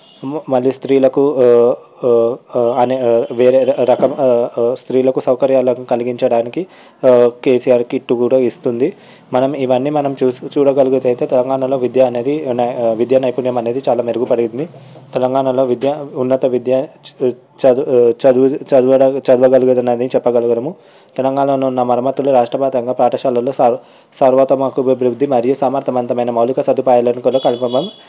మళ్ళీ స్త్రీలకు అనే వేరే రకం స్త్రీలకు సౌకర్యాలు కలిగించడానికి కేసీఆర్ కిట్టు కూడా ఇస్తుంది మనం ఇవన్నీ మనం చూసి చూడగలిగితే తెలంగాణలో విద్య అనేది విద్య నైపుణ్యం అనేది చాలా మెరుగుపడింది తెలంగాణలో విద్య ఉన్నత విద్యా చదువు చదువు చదవడానికి చదువుకలుగుతుందని చెప్పగలము తెలంగాణలో ఉన్న మరమ్మత్తులు రాష్ట్రవ్యాప్తంగా పాఠశాలలో సర్వ సర్వతమ అభివృద్ధి మరియు సమర్థవంతమైన మౌలిక సదుపాయాలను కూడా కలవ అని